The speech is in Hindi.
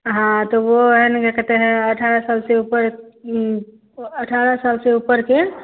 हाँ तो वह है ना तो कहते हैं अठारह साल से ऊपर अठारह साल से ऊपर के